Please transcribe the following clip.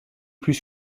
plus